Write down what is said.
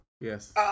yes